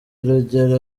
urugero